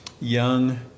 Young